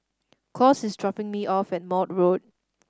Claus is dropping me off at Maude Road